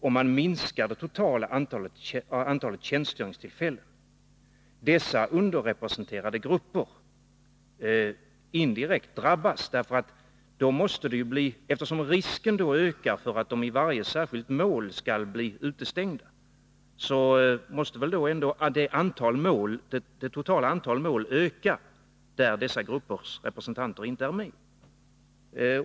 Om man minskar det totala antalet tjänstgöringstillfällen, måste inte då dessa underrepresenterade grupper indirekt drabbas? Eftersom i varje enskilt mål risken ökar för att de skall bli utestängda, måste väl det totala antal mål öka där dessa gruppers representanter inte är med.